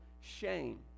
shame